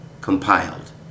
compiled